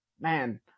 man